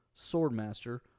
Swordmaster